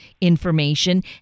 information